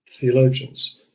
theologians